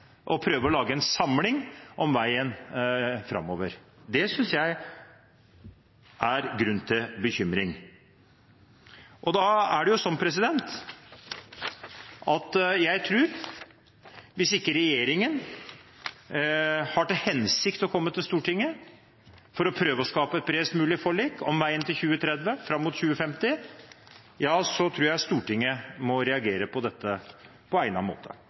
og prøve å lage en samling om veien framover. Det synes jeg er grunn til bekymring. Hvis ikke regjeringen har til hensikt å komme til Stortinget for å prøve å skape et bredest mulig forlik om veien til 2030 og fram mot 2050, så tror jeg Stortinget må reagere på dette på egnet måte.